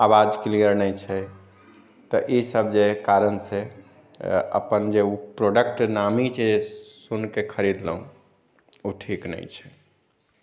आवाज क्लियर नहि छै तऽ इसभ जे है कारणसँ अपन जे ओ प्रॉडक्ट नामी छै सुनिके खरिदलहुॅं ओ ठीक नहि छै